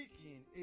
speaking